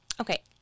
okay